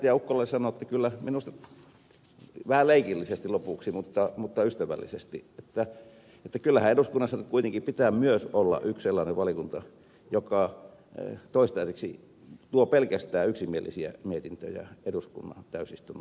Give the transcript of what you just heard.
ukkolalle sanon että kyllä minusta vähän leikillisesti lopuksi mutta ystävällisesti eduskunnassa kuitenkin pitää myös olla yksi sellainen valiokunta joka toistaiseksi tuo pelkästään yksimielisiä mietintöjä eduskunnan täysistunnon käsiteltäväksi